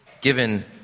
given